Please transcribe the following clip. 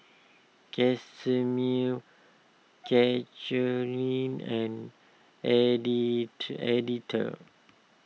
Casimir Catharine and eddy two Edythe